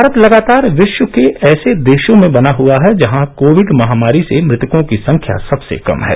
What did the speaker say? भारत लगातार विश्व के ऐसे देशों में बना हुआ है जहां कोविड महामारी से मृतकों की संख्या सबसे कम है